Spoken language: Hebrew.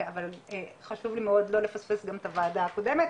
אבל חשוב לי מאוד לא לפספס גם את הוועדה האחרת.